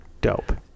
Dope